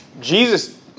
Jesus